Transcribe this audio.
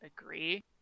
agree